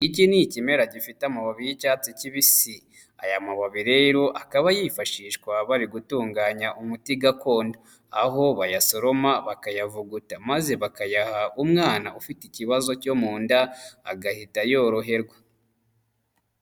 Iki ni ikimera gifite amababi y'icyatsi kibisi, aya mababi rero akaba yifashishwa bari gutunganya umuti gakondo, aho bayasoroma bakayavuguta maze bakayaha umwana ufite ikibazo cyo mu nda, agahita yoroherwa.